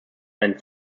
einen